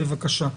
בבקשה.